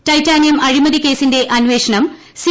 titanium അഴിമതി കേസിന്റെ അന്വേഷണം സി